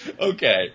Okay